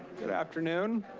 good afternoon.